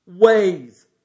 ways